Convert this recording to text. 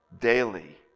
daily